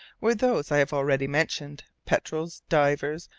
were those i have already mentioned, petrels, divers,